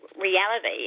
reality